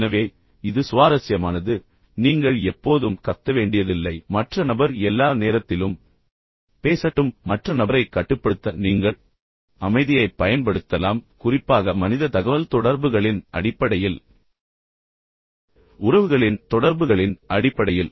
எனவே இது சுவாரஸ்யமானது நீங்கள் எப்போதும் கத்த வேண்டியதில்லை மற்ற நபர் எல்லா நேரத்திலும் பேசட்டும் ஆனால் மற்ற நபரைக் கட்டுப்படுத்த நீங்கள் அமைதியைப் பயன்படுத்தலாம் குறிப்பாக மனித தகவல்தொடர்புகளின் அடிப்படையில் உறவுகளின் தொடர்புகளின் அடிப்படையில்